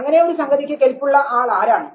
അങ്ങനെ ഒരു സംഗതിക്ക് കെൽപ്പുള്ള ആൾ ആരാണ്